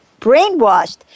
brainwashed